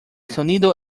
sonido